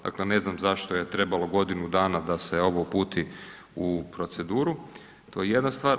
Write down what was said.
Dakle, ne znam zašto je trebalo godinu dana da se ovo uputi u proceduru, to je jedna stvar.